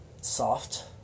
soft